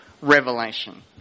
revelation